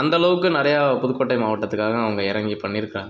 அந்த அளவுக்கு நிறையா புதுக்கோட்டை மாவட்டத்துக்காக அவங்க இறங்கி பண்ணியிருக்காங்க